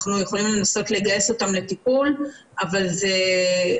אנחנו יכולים לנסות לגייס אותם לטיפול אבל המוטיבציה,